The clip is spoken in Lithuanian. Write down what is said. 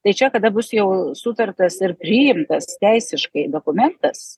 tai čia kada bus jau sutartas ir priimtas teisiškai dokumentas